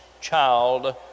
child